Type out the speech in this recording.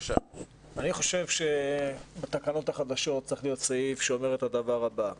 אני חושב שבתקנות החדשות צריך להיות סעיף שאומר את הדבר הבא: